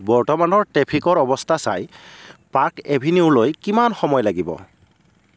বৰ্তমানৰ ট্ৰেফিকৰ অৱস্থা চাই পাৰ্ক এভিনেউলৈ কিমান সময় লাগিব